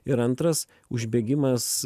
ir antras užbėgimas